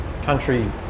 country